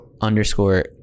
underscore